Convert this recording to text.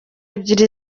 ebyiri